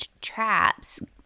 traps